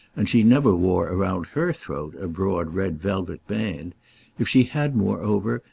and she never wore round her throat a broad red velvet band if she had, moreover,